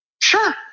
Sure